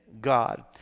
God